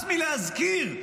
הס מלהזכיר,